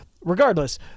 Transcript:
Regardless